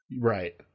Right